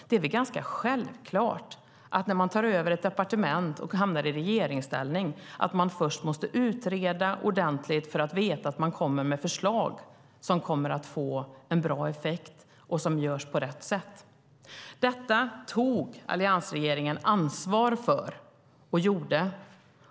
Det är väl ganska självklart när man tar över ett departement och hamnar i regeringsställning att man först måste utreda ordentligt för att veta att man kommer med förslag som får en bra effekt och som görs på rätt sätt. Detta tog alliansregeringen ansvar för och gjorde.